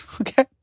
Okay